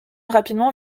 rapidement